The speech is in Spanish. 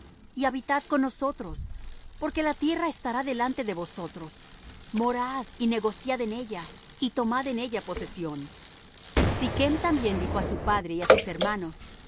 y habitad con nostros porque la tierra estará delante de vosotros morad y negociad en ella y tomad en ella posesión sichm también dijo á su padre y á sus hermanos